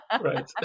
Right